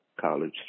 College